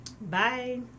Bye